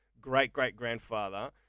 great-great-grandfather